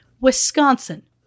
Wisconsin